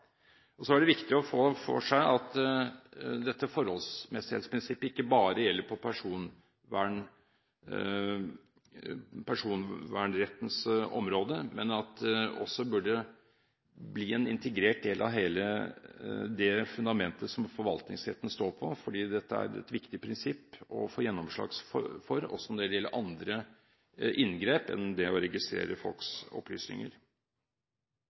Så er det viktig å ha klart for seg at dette forholdsmessighetsprinsippet ikke bare gjelder på personvernrettens område, men at det også burde bli en integrert del av hele det fundamentet som forvaltningsretten står på. For dette er et viktig prinsipp å få gjennomslag for også når det gjelder andre inngrep enn det å registrere folks opplysninger.